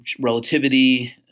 relativity